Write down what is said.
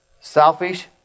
selfish